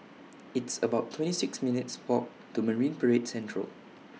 It's about twenty six minutes' Walk to Marine Parade Central